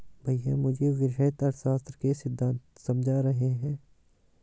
भैया मुझे वृहत अर्थशास्त्र के सिद्धांत समझा रहे हैं